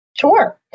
Sure